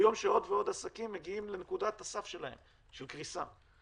הוא יום שעוד ועוד עסקים מגיעים לנקודת הסף שלהם של קריסה.